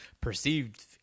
perceived